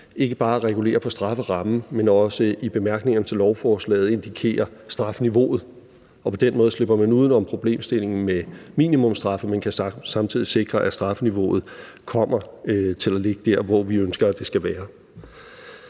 ikke bare regulerer på strafferammen, men også i bemærkningerne til lovforslaget indikerer strafniveauet. Og på den måde slipper man uden om problemstillingen med minimumsstraffe, men kan samtidig sikre, at strafniveauet kommer til at ligge der, hvor vi ønsker at det skal være.